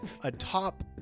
atop